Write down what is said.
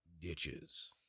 ditches